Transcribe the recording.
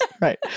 Right